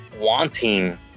wanting